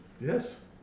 Yes